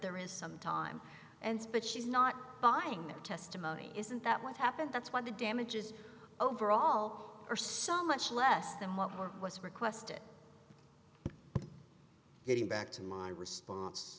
there is some time and spit she's not buying that testimony isn't that what happened that's what the damage is overall are so much less than what work was requested getting back to my response